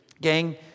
Gang